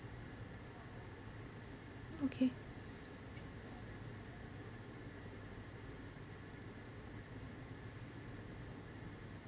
okay